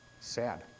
Sad